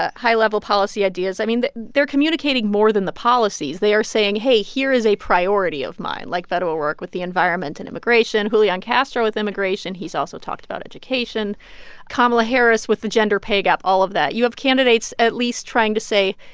ah high-level policy ideas i mean, they're communicating more than the policies. they are saying, hey, here is a priority of mine like beto o'rourke with the environment and immigration, julian castro with immigration he's also talked about education kamala harris with the gender pay gap all of that. you have candidates at least trying to say,